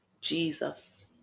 Jesus